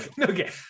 Okay